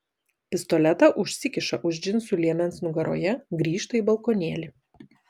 pistoletą užsikiša už džinsų liemens nugaroje grįžta į balkonėlį